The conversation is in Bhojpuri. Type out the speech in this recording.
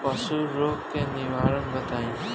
पशु रोग के निवारण बताई?